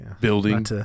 building